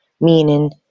meaning